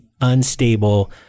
unstable